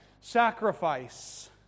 Sacrifice